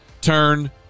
turn